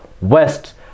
West